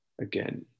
Again